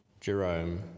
Jerome